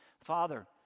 Father